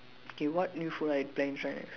K what new food are you planning to try next